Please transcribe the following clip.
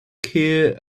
care